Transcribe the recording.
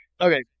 Okay